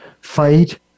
Fight